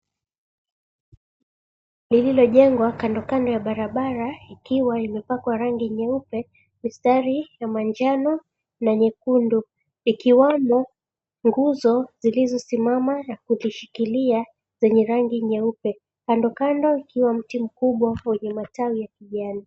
Jumba liliyojengwa kandokando ya barabara ikiwa imepakwa rangi nyeupe, mistari ya manjano na nyekundu. Ikiwamo, nguzo zilisimama na kuzishikilia zenye rangi nyeupe. Kandokando ikiwa mti mkubwa wenye matawi ya kijani.